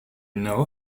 know